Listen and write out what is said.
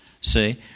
see